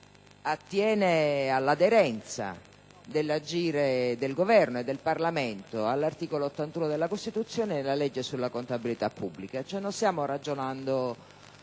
ma all'aderenza dell'agire del Governo e del Parlamento all'articolo 81 della Costituzione e alla legge sulla contabilità pubblica.